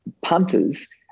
punters